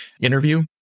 interview